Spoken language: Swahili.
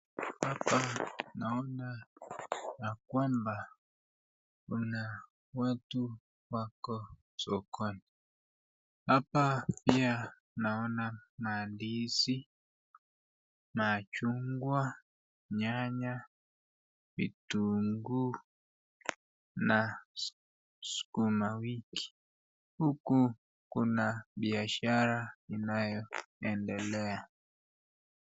Hapa naona ya kwamba kuna watu wako sokoni. Hapa pia naona mandizi, machungwa, nyanya, vitungu na sukuma wiki. Huku kuna biashara inayoendelea.